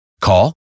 Call